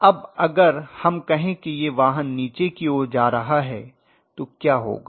अब अगर हम कहें कि यह वाहन नीचे की ओर जा रहा है तो क्या होगा